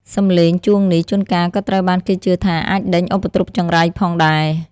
សំឡេងជួងនេះ ជួនកាលក៏ត្រូវបានគេជឿថាអាចដេញឧបទ្រពចង្រៃផងដែរ។